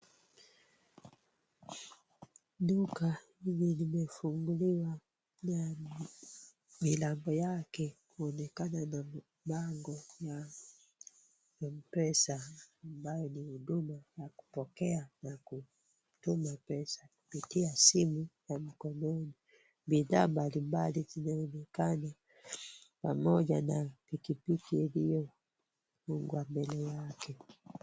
Duka lenye limefunguliwa na milango yake huonekana na bango ya Mpesa ambayo ni huduma ya kupokea na kutuma pesa kupitia simu ya mkononi. Bidhaa mbali mbali zinaonekana pamoja na pikipiki hiyo mbele yake.